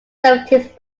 seventeenth